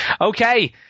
Okay